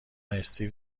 استیو